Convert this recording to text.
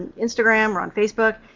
instagram. we're on facebook.